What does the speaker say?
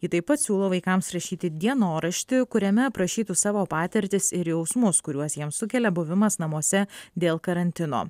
ji taip pat siūlo vaikams rašyti dienoraštį kuriame aprašytų savo patirtis ir jausmus kuriuos jiem sukelia buvimas namuose dėl karantino